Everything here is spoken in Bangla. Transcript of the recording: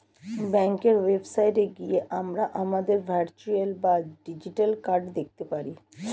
ব্যাঙ্কের ওয়েবসাইটে গিয়ে আমরা আমাদের ভার্চুয়াল বা ডিজিটাল কার্ড দেখতে পারি